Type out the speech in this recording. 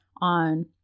on